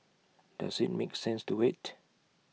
does IT make sense to wait